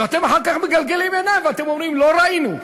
ואחר כך אתם מגלגלים עיניים ואומרים: לא ראינו.